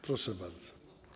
Proszę bardzo.